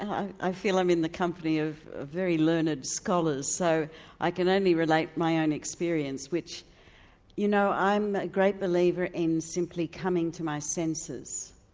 i feel i'm in the company of very learned scholars, so i can only relate my own experience, which you know i'm a great believer in simply coming to my senses.